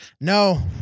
No